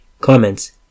Comments